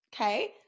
Okay